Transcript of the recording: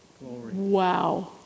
Wow